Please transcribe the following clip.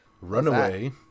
Runaway